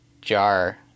jar